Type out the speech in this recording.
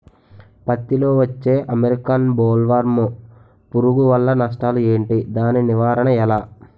పత్తి లో వచ్చే అమెరికన్ బోల్వర్మ్ పురుగు వల్ల నష్టాలు ఏంటి? దాని నివారణ ఎలా?